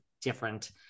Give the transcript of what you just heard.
different